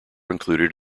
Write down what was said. included